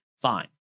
Fine